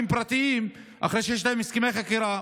פרטיים אחרי שיש להם הסכמי חכירה.